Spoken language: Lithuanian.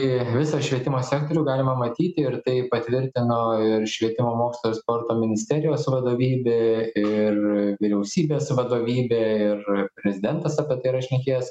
į visą švietimo sektorių galima matyti ir tai patvirtino ir švietimo mokslo ir sporto ministerijos vadovybė ir vyriausybės vadovybė ir prezidentas apie tai yra šnekėjęs